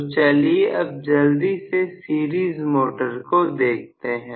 तो चलिए अब जल्दी से सीरीज मोटर को देखते हैं